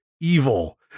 evil